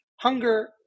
hunger